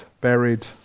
buried